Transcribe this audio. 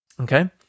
Okay